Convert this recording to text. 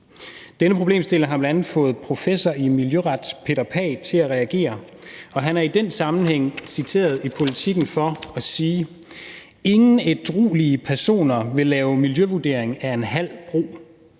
Denne problemstilling har bl.a. fået professor i miljøret Peter Pagh til at reagere, og han er i den sammenhæng citeret i Politiken for at sige: »Ingen ædruelige personer ville lave miljøvurdering af en halv bro.